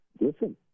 listen